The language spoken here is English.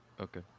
okay